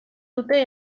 dute